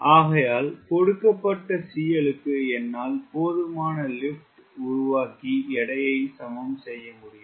ஆகையால் கொடுக்கப்பட்ட CL க்கு என்னால் போதுமான லிப்ட் உருவாக்கி எடையை சமம் செய்ய முடியும்